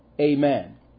Amen